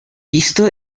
visto